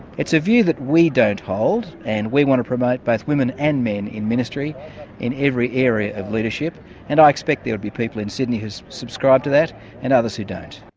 it's a view that we don't hold and we want to promote both women and men in ministry in every area of leadership and i expect there would be people in sydney who subscribe to that and others who don't.